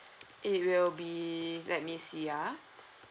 it will be let me see ah